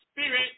spirit